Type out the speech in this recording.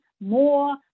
more